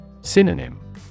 Synonym